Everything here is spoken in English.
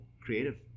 creative